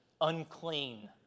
unclean